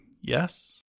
yes